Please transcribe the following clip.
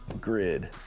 grid